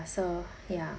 so ya